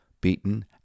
beaten